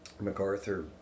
MacArthur